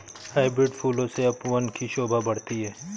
hybrid फूलों से उपवन की शोभा बढ़ती है